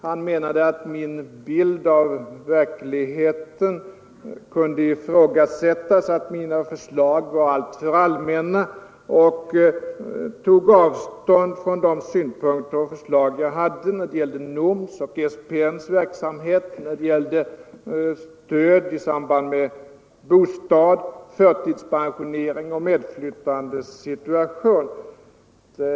Han menade att min bild av verkligheten kunde ifrågasättas och att mina förslag var alltför allmänna. Han tog avstånd från de synpunkter och förslag jag hade lagt fram beträffande NOM:s och SPN:s verksamhet och rörande bostad, förtidspensionering och medflyttandes situation.